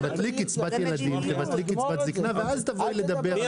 תבטלי קצבת ילדים וקצבת זקנה ואז תבואי לדבר.